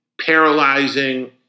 paralyzing